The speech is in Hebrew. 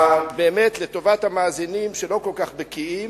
באמת, לטובת המאזינים שלא כל כך בקיאים,